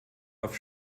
auf